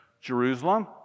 Jerusalem